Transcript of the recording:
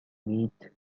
meet